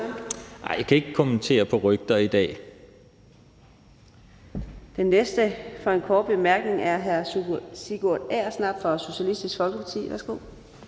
Fjerde næstformand (Karina Adsbøl): Den næste med en kort bemærkning er hr. Sigurd Agersnap fra Socialistisk Folkeparti. Værsgo.